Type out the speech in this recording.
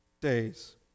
days